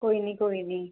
कोई निं कोई निं